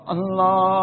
Allah